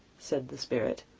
said the spirit.